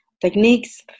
techniques